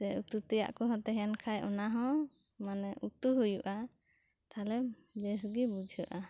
ᱥᱮ ᱩᱛᱩ ᱛᱮᱭᱟᱜ ᱠᱚᱦᱚᱸ ᱛᱟᱦᱮᱱ ᱠᱷᱟᱱ ᱚᱱᱟ ᱦᱚᱸ ᱢᱟᱱᱮ ᱩᱛᱩ ᱦᱳᱭᱳᱜᱼᱟ ᱛᱟᱦᱞᱮ ᱵᱮᱥ ᱜᱮ ᱵᱩᱡᱷᱟᱹᱜᱼᱟ